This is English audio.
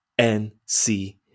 NC